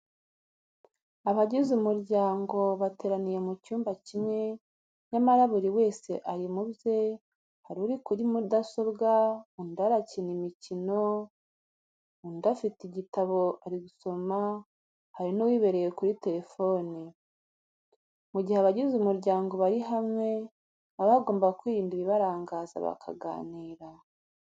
Abagize umuryango bateraniye mu cyumba kimwe nyamara buri wese ari mu bye, hari uri kuri mudasobwa, undi arakina imikino, undi afite igitabo ari gusoma, hari n'uwibereye kuri telefoni. Mu gihe abagize umuryango bari hamwe baba bagomba kwirinda ibibarangaza bakaganira.